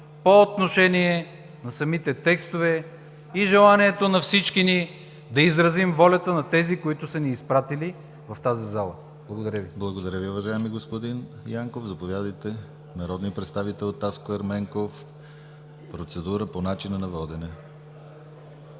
по отношение на самите текстове и желанието на всички ни да изразим волята на тези, които са ни изпратили в тази зала. Благодаря Ви. ПРЕДСЕДАТЕЛ ДИМИТЪР ГЛАВЧЕВ: Благодаря Ви, уважаеми господин Янков. Заповядайте! Народният представител Таско Ерменков – процедура по начина на водене.